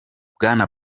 bwana